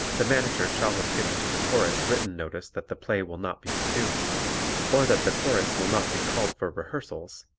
the manager shall have given to the chorus written notice that the play will not be produced or that the chorus will not be called for rehearsals,